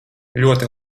ļoti